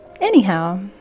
Anyhow